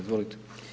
Izvolite.